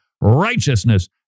righteousness